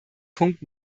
punkt